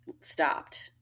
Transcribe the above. stopped